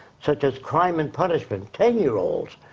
such as crime and punishment. ten year olds.